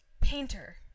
painter